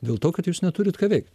dėl to kad jūs neturit ką veikt